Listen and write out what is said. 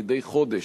מדי חודש,